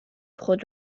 خود